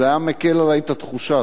זה היה מקל עלי את התחושה.